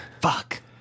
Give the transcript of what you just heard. Fuck